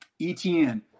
ETN